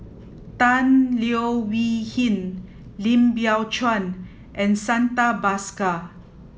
Tan Leo Wee Hin Lim Biow Chuan and Santha Bhaskar